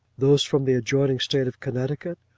those from the adjoining state of connecticut,